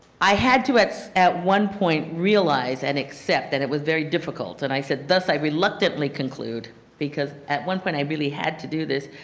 i had to at so at one point realize and accept that it was very difficult. and i said thus i reluctantly conclude because at one point i really had to do this.